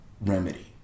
remedy